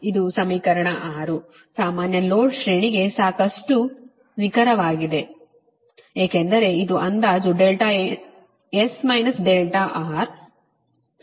ಈ ಸಮೀಕರಣ 6 ಸಾಮಾನ್ಯ ಲೋಡ್ ಶ್ರೇಣಿಗೆ ಸಾಕಷ್ಟು ನಿಖರವಾಗಿದೆ ಏಕೆಂದರೆ ಇದು ಅಂದಾಜು S R ಅಂದಾಜು ಆಗಿದೆ